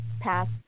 past